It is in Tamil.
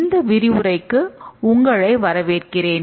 இந்த விரிவுரைக்கு உங்களை வரவேற்கின்றேன்